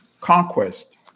conquest